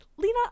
Lena